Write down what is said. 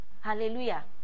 Hallelujah